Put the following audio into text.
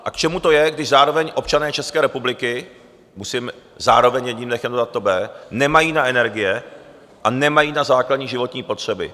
A k čemu to je, když zároveň občané České republiky, musím zároveň jedním dechem dodat to B, nemají na energie a nemají na základní životní potřeby?